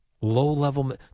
Low-level